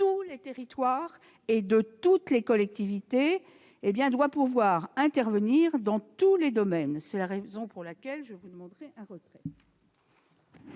tous les territoires et de toutes les collectivités, doit pouvoir intervenir dans tous les domaines. C'est la raison pour laquelle je demande le retrait